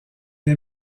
est